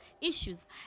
issues